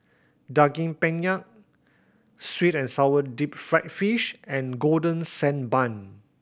Daging Penyet sweet and sour deep fried fish and Golden Sand Bun